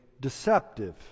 deceptive